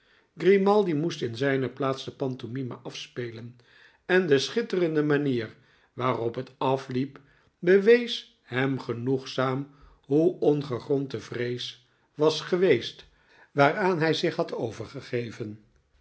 grimaldi moest in zijne plaats de pantomime afspelen en de schitterende manier waarop het afliep bewees hem genoegzaam hoe ongegrond de vrees was geweest waaraan hij zich jozef geimaldi had overgegeven